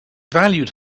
valued